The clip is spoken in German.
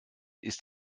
ist